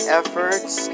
efforts